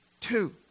two